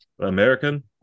American